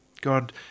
God